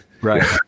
Right